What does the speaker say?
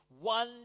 one